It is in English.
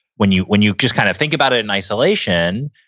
when you when you just kind of think about in isolation,